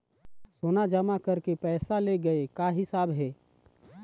सोना जमा करके पैसा ले गए का हिसाब हे?